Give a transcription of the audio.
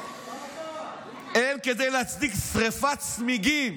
הם, כדי להצדיק שרפת צמיגים,